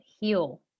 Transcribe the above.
heal